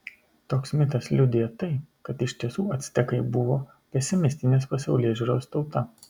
toks mitas liudija tai kad iš tiesų actekai buvo pesimistinės pasaulėžiūros tauta